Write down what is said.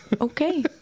Okay